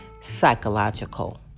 psychological